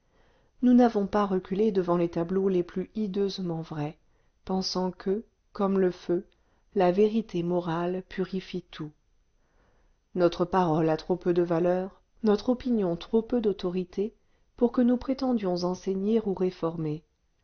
nous n'avons pas reculé devant les tableaux les plus hideusement vrais pensant que comme le feu la vérité morale purifie tout notre parole a trop peu de valeur notre opinion trop peu d'autorité pour que nous prétendions enseigner ou réformer